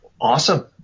awesome